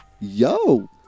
yo